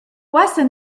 uossa